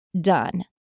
done